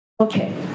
Okay